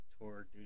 tour